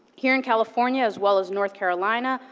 here in california, as well as north carolina,